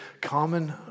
Common